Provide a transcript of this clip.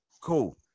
Cool